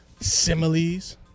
similes